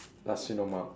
nasi lemak